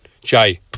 Jay